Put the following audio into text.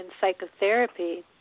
psychotherapy